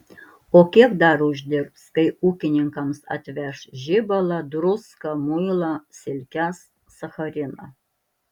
o kiek dar uždirbs kai ūkininkams atveš žibalą druską muilą silkes sachariną